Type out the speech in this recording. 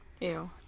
Ew